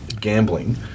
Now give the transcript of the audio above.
gambling